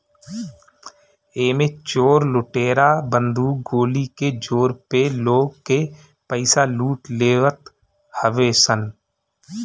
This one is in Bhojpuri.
एमे चोर लुटेरा बंदूक गोली के जोर पे लोग के पईसा लूट लेवत हवे सन